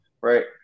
right